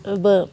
ओह बो